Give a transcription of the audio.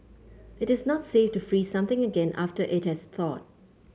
it is not safe to freeze something again after it has thawed